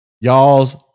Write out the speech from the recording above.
y'all's